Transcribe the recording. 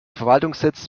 verwaltungssitz